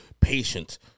patient